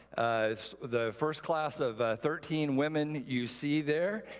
the first class of thirteen women you see there.